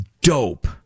dope